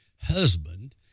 husband